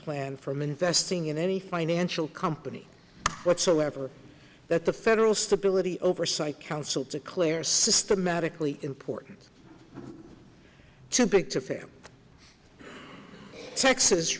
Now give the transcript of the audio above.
plan from investing in any financial company whatsoever that the federal stability oversight council to clear systematically important too big to fail texas